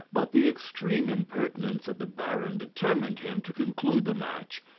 but the extreme impertinence of the baron determined him to conclude the match,